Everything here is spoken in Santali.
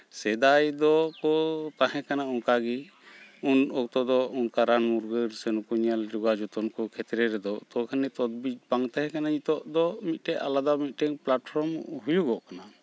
ᱥᱮᱫᱟᱭ ᱫᱚᱠᱚ ᱛᱟᱦᱮᱸ ᱠᱟᱱᱟ ᱚᱱᱠᱟ ᱜᱮ ᱩᱱ ᱚᱠᱛᱚ ᱫᱚ ᱚᱱᱠᱟ ᱨᱟᱱᱼᱢᱩᱨᱜᱟᱹᱱ ᱥᱮ ᱱᱩᱠᱩ ᱡᱚᱜᱟᱣ ᱡᱚᱛᱚᱱ ᱠᱚ ᱠᱷᱮᱛᱨᱮ ᱨᱮᱫᱚ ᱛᱚᱠᱷᱚᱱᱤ ᱛᱚᱡᱼᱵᱤᱡ ᱵᱟᱝ ᱛᱟᱦᱮᱸ ᱠᱟᱱᱟ ᱱᱤᱛᱳᱜ ᱫᱚ ᱢᱤᱫᱴᱮᱡ ᱟᱞᱟᱫᱟ ᱢᱤᱫᱴᱮᱝ ᱯᱞᱟᱴᱯᱷᱨᱚᱢ ᱦᱩᱭᱩᱜᱚᱜ ᱠᱟᱱᱟ